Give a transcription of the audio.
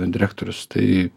direktorius tai